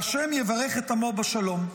והשם יברך את עמו בשלום".